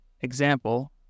example